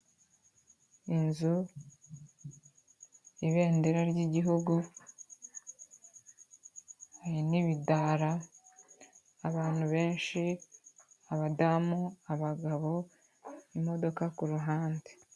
Inzu, ibendera ry'igihu, hari n'ibidara, abantu benshi, abadamu, abagabo, hari n'imodoka ku ruhande.